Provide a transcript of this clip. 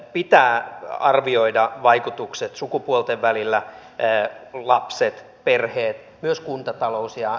pitää arvioida vaikutukset sukupuolten välillä lapset perheet myös kuntatalous